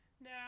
now